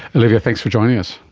olivia, thanks for joining us.